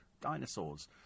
dinosaurs